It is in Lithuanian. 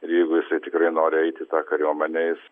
ir jeigu jisai tikrai nori eit į tą kariuomenę jis